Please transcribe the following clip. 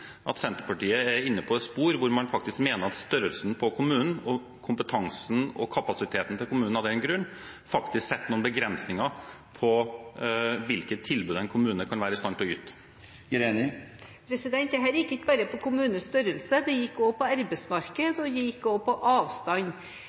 at Senterpartiet er inne på et spor hvor man faktisk mener at størrelsen på kommunen, og av den grunn kompetansen og kapasiteten til kommunen, faktisk setter noen begrensninger på hvilke tilbud en kommune kan være i stand til å yte? Dette gikk ikke bare på kommunestørrelse; det gikk også på arbeidsmarked og på